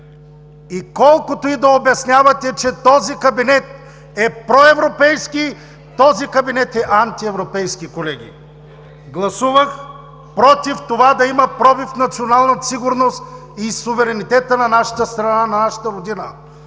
Колкото и да обяснявате, че този кабинет е проевропейски, този кабинет е антиевропейски, колеги! (Шум и реплики.) Гласувах против това да има пробив в националната сигурност и суверенитета на нашата страна, на нашата родина,